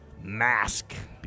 mask